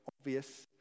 obvious